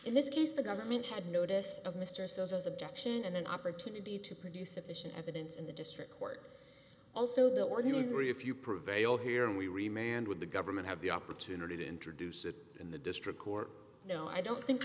in this case the government had notice of mr so as objection and an opportunity to produce sufficient evidence in the district court also the ordinary if you provide a oh here we remained with the government have the opportunity to introduce it in the district court no i don't think